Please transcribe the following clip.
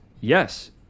yes